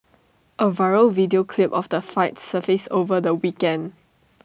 A viral video clip of the fight surfaced over the weekend